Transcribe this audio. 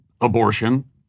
abortion